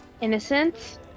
innocence